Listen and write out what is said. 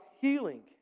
healing